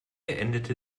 endete